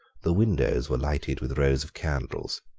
the windows were lighted with rows of candles.